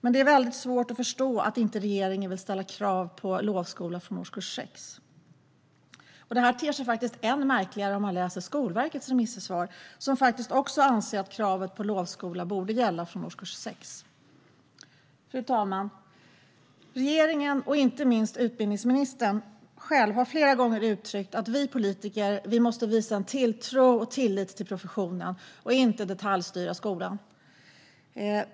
Men det är väldigt svårt att förstå att inte regeringen vill ställa krav på lovskola från årskurs 6. Det ter sig än märkligare om man läser Skolverkets remissvar. Det anser också att kravet på lovskola borde gälla från årskurs 6. Fru talman! Regeringen och inte minst utbildningsministern själv har flera gånger uttryckt att vi politiker måste visa tilltro och tillit till professionen och inte detaljstyra skolan.